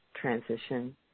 transition